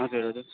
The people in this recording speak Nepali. हजुर हजुर